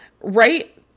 right